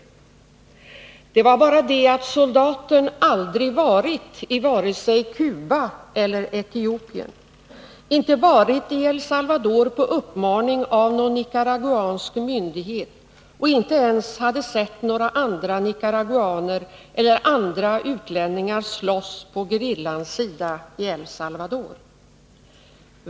Det var bara det att soldaten aldrig varit i vare sig Cuba eller Etiopien, inte varit i El Salvador på uppmaning av någon nicaraguansk myndighet och inte ens hade sett några andra nicaraguaner eller andra utlänningar slåss på gerillans sida i El Salvador.